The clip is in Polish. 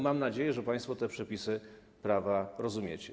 Mam nadzieję, że państwo te przepisy prawa rozumiecie.